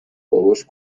باباش